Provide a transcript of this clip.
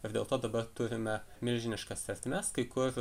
ir dėl to dabar turime milžiniškas ertmes kai kur